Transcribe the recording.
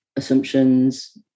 assumptions